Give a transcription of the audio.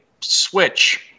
switch